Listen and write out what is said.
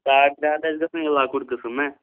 ساڑ ترٛےٚ ہَتھ آسہِ گژھان یہِ لۄکُٹ قٕسٕم نہ